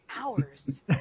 Hours